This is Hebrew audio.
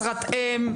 משרת אם?